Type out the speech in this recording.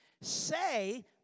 Say